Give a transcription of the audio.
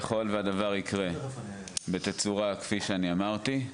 ככול שהדבר יקרה בתצורה כפי שאני אמרתי,